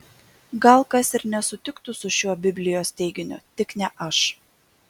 gal kas ir nesutiktų su šiuo biblijos teiginiu tik ne aš